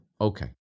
Okay